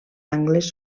angles